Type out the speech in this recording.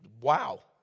wow